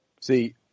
See